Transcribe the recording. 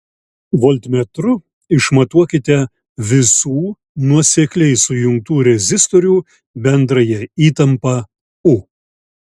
voltmetru išmatuokite visų nuosekliai sujungtų rezistorių bendrąją įtampą u